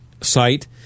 site